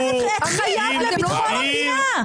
הוא נתן את חייו לביטחון המדינה.